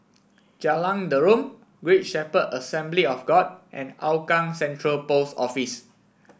Jalan Derum Great Shepherd Assembly of God and Hougang Central Post Office